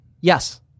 Yes